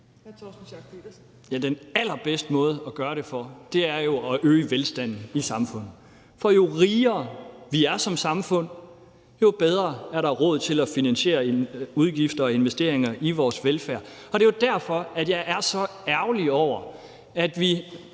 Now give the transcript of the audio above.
Den allerbedste måde at gøre det på er jo at øge velstanden i samfundet, for jo rigere vi er som samfund, jo bedre er der råd til at finansiere udgifter til og investeringer i vores velfærd. Og det er jo derfor, at jeg er så ærgerlig over, at vi